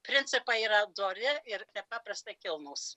principai yra dori ir nepaprastai kilnūs